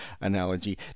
analogy